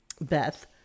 Beth